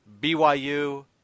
BYU